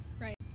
right